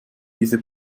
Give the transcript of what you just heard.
diese